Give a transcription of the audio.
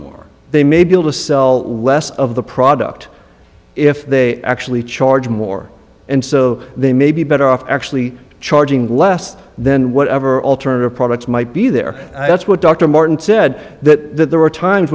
more they may be able to sell less of the product if they actually charge more and so they may be better off actually charging less then whatever alternative products might be there and that's what dr martin said that there were times